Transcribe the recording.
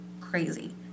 crazy